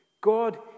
God